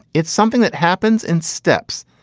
it's something that happens in steps.